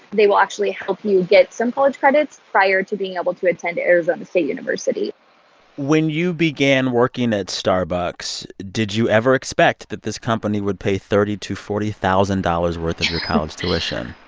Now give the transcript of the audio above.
they will actually help you get some college credits prior to being able to attend arizona state university when you began working at starbucks, did you ever expect that this company would pay thirty to forty thousand dollars worth of your college tuition?